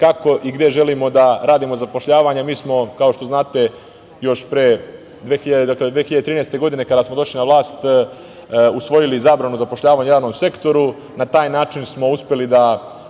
kako i gde želimo da radimo zapošljavanje. Mi smo, kao što znate, još pre 2013. godine kada smo došli na vlast usvojili zabranu zapošljavanja u javnom sektoru. Na taj način smo uspeli da